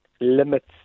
limits